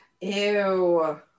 Ew